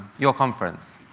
your conference,